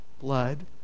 blood